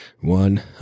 one